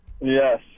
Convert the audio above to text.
Yes